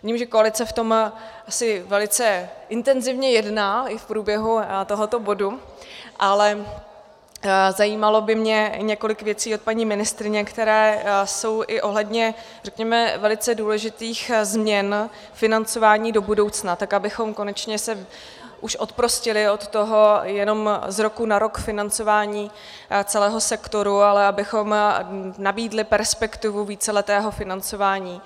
Vidím, že koalice v tom asi velice intenzívně jedná i v průběhu tohoto bodu, ale zajímalo by mě několik věcí od paní ministryně, které jsou i ohledně řekněme velice důležitých změn financování do budoucna, tak abychom konečně se už oprostili od toho jenom z roku na rok financování celého sektoru, ale abychom nabídli perspektivu víceletého financování.